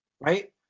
right